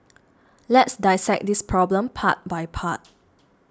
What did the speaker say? let's dissect this problem part by part